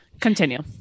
Continue